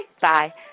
Bye